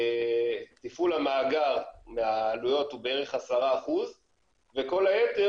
תפעול המאגר מהעלויות הוא בערך 10% וכל היתר